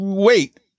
wait